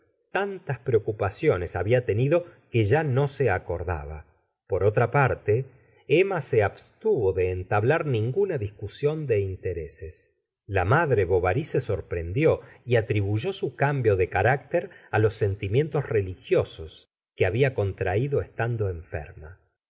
tantas preocupaciones habia tenido que ya no se acordaba por otra parte emma se abstuvo de entablar ninguna discusión de intereses la madre bovary se sorprendió y atribuyq su cambio de carácter á los sentimientos religiosos que babia contraído estando enferma